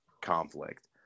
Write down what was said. conflict